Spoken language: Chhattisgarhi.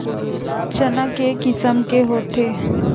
चना के किसम के होथे?